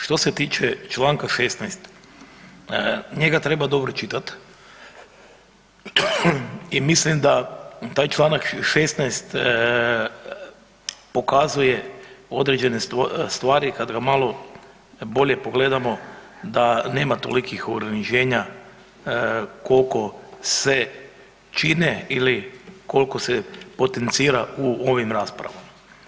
Što se tiče čl. 16., njega treba dobro čitat i mislim da taj čl. 16. pokazuje određene stvari, kad ga malo bolje pogledamo da nema tolikih ograničenja kolko se čine ili kolko se potencira u ovim raspravama.